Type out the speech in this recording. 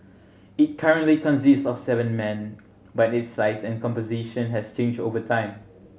it currently consists of seven men but its size and composition has changed over time